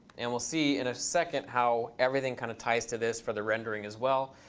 and we'll see in a second how everything kind of ties to this for the rendering as well.